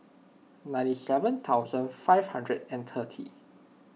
ninety seven thousand five hundred and thirty